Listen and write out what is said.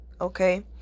Okay